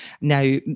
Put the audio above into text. Now